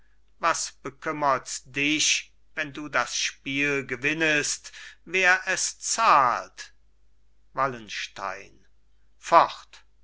was bekümmerts dich wenn du das spiel gewinnest wer es zahlt wallenstein fort